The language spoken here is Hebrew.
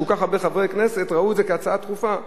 כל כך הרבה חברי כנסת ראו את זה כהצעה דחופה.